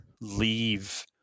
leave